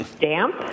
Damp